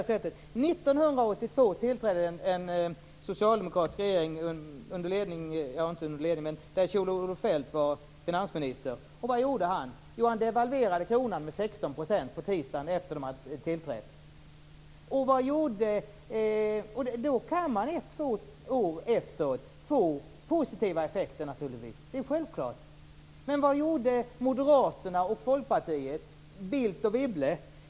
År 1982 tillträdde en socialdemokratisk regering där Kjell-Olof Feldt var finansminister. Vad gjorde han? Jo, han devalverade kronan med 16 % tisdagen efter det att regeringen hade tillträtt. Och då kan det två år efteråt bli positiva effekter, det är självklart. Men vad gjorde Moderaterna och Folkpartiet, Bildt och Wibble?